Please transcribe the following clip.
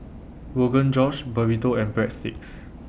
Rogan Josh Burrito and Breadsticks